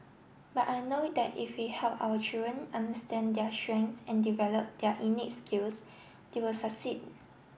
but I know that if we help our children understand their strengths and develop their innate skills they will succeed